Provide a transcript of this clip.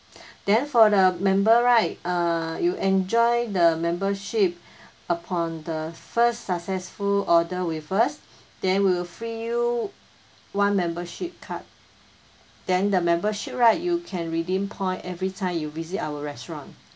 then for the member right err you enjoy the membership upon the first successful order with us then we'll free you one membership card then the membership right you can redeem point every time you visit our restaurant